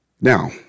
Now